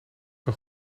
een